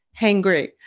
Hangry